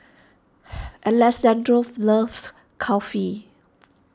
Alessandro loves Kulfi